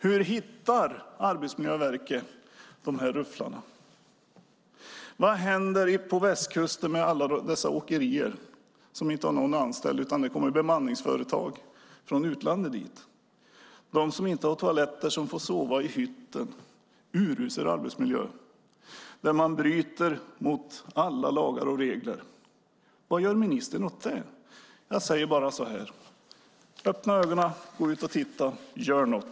Hur hittar Arbetsmiljöverket rufflarna? Vad händer på västkusten med alla åkerier som inte har någon anställd utan där det kommer folk från utländska bemanningsföretag? De har inga toaletter och får sova i hytten; det är urusel arbetsmiljö. Man bryter mot alla lagar och regler. Vad gör ministern åt det? Öppna ögonen, gå ut och titta och gör något!